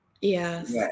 Yes